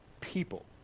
people